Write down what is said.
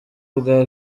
bwo